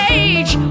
age